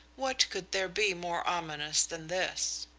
what could there be more ominous than this!